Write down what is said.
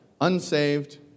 unsaved